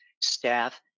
staff